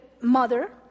mother